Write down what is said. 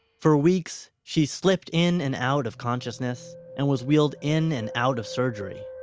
for weeks, she slipped in and out of consciousness, and was wheeled in and out of surgery.